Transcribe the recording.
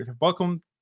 welcome